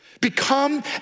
Become